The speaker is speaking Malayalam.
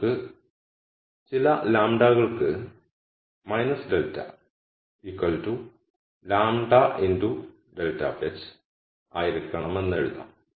നമുക്ക് ചില λ കൾക്ക് ∇ λ∇ ആയിരിക്കണമെന്നെഴുതാം